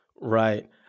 Right